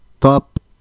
top